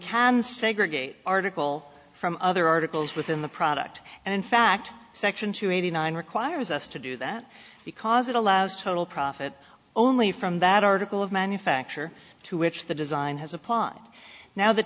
can say great game article from other articles within the product and in fact section two eighty nine requires us to do that because it allows total profit only from that article of manufacture to which the design has applied now the